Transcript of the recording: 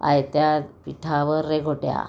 आयत्या पिठावर रेघोट्या